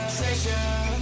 treasure